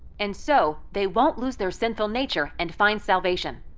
and so, they won't lose their sinful nature and find salvation.